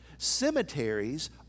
cemeteries